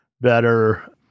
better